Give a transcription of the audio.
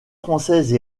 française